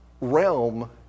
realm